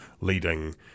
leading